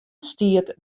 stiet